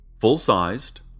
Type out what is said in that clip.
full-sized